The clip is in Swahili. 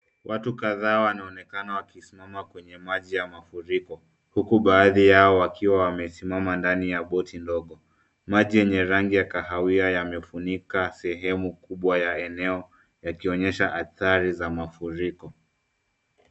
Watu kadhaa wanaonekana wakisimama kwenye maji ya mafuriko uku baadhi yao wakiwa wamesimama ndani ya boti ndogo. Maji yenye rangi ya kahawia yamefunika sehemu kubwa ya eneo yakionyesha adhari za mafuriko.